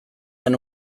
den